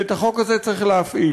ואת החוק הזה צריך להפעיל,